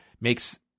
makes